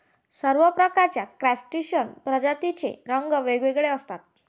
सर्व प्रकारच्या क्रस्टेशियन प्रजातींचे रंग वेगवेगळे असतात